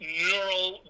neural